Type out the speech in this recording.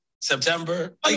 September